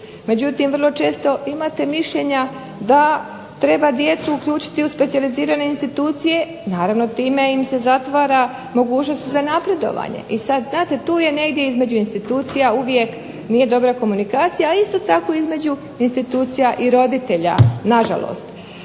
međutim vrlo često imate mišljenja da treba djecu uključiti u specijalizirane institucije. Naravno, time im se zatvara mogućnost i za napredovanje. I sad znate tu je negdje između institucija uvijek nije dobra komunikacija, a isto tako između institucija i roditelja nažalost.